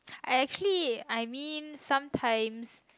I actually I mean sometimes